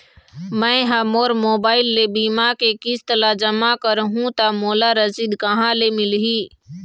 मैं हा मोर मोबाइल ले बीमा के किस्त ला जमा कर हु ता मोला रसीद कहां ले मिल ही?